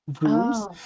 rooms